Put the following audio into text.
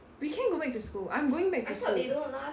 we can go back to school I'm going back to school